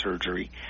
surgery